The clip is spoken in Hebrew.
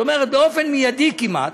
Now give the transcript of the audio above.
זאת אומרת באופן מדי כמעט,